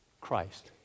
Christ